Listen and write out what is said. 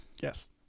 Yes